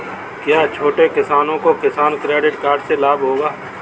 क्या छोटे किसानों को किसान क्रेडिट कार्ड से लाभ होगा?